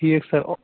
ٹھیٖک سَر او